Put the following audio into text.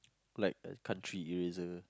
like country eraser